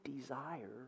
desire